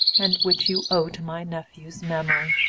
and which you owe to my nephew's memory.